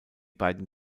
beiden